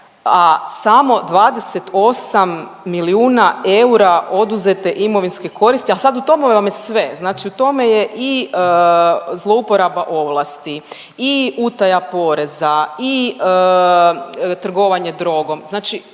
a samo 28 milijuna eura oduzete imovinske koristi. A sad u tome vam je sve, znači u tome je i zlouporaba ovlasti i utaja poreza i trgovanje drogom.